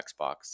xbox